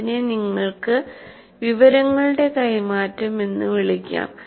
അതിനെ നിങ്ങൾക്ക് വിവരങ്ങളുടെ കൈമാറ്റം എന്ന് വിളിക്കാം